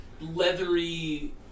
leathery